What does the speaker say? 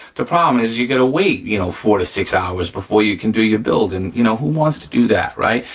the problem is you gotta wait you know four to six hours before you can do your build. and you know, who wants to do that, right?